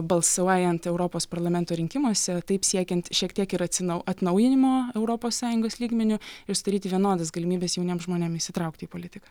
balsuojant europos parlamento rinkimuose taip siekiant šiek tiek ir atsinau atnaujinimo europos sąjungos lygmeniu ir sudaryti vienodas galimybes jauniem žmonėm įsitraukti į politiką